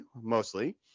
mostly